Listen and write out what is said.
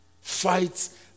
Fights